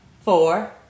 four